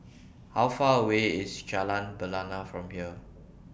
How Far away IS Jalan Bena from here